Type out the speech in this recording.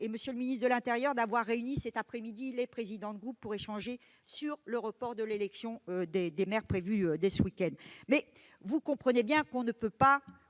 monsieur le ministre de l'intérieur, d'avoir réuni cet après-midi les présidents de groupe pour échanger sur le report de l'élection des maires, prévue dès ce week-end, mais vous comprenez bien que l'on ne peut pas